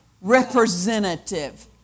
representative